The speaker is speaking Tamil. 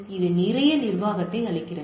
இது நிறைய நிர்வாகத்தை அளிக்கிறது